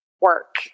work